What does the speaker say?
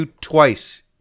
twice